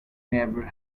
never